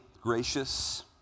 gracious